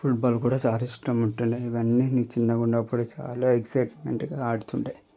football కూడ చాలా ఇష్టము ఉంటుండే ఇవన్నీ నేను చిన్నగున్నప్పుడు చాలా ఎక్స్సైట్మెంట్గా ఆడుతుండే